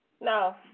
no